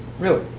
really?